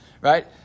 right